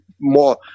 more